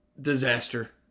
disaster